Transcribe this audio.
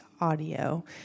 Audio